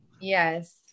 Yes